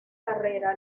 carrera